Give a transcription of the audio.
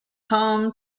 home